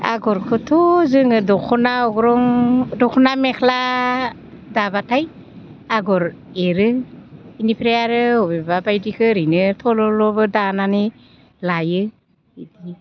आगरखौथ' जोङो दखना अग्रं दखना मेख्ला दाबाथाय आगर एरो बेनिफ्राय आरो बबेबा बायदिखौ ओरैनो थल'ल'बो दानानै लायो बिदि